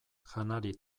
janari